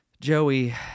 joey